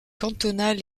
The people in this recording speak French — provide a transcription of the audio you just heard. cantonale